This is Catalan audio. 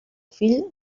fill